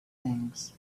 things